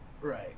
Right